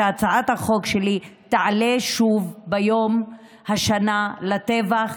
הצעת החוק שלי תעלה שוב ביום השנה לטבח,